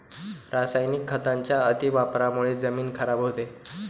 रासायनिक खतांच्या अतिवापरामुळे जमीन खराब होते